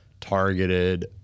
targeted